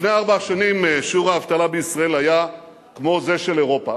לפני ארבע שנים שיעור האבטלה בישראל היה כמו זה של אירופה,